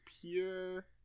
pure